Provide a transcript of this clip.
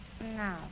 No